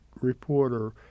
reporter